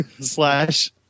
slash